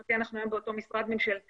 לשמחתי אנחנו היום באותו משרד ממשלתי,